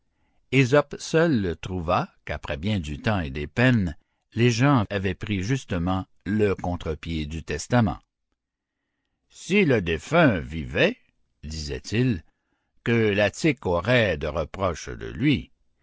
ésope seul trouva qu'après bien du temps et des peines les gens avaient pris justement le contre-pied du testament si le défunt vivait disait-il que l'attique aurait de reproches de lui